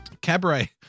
Cabaret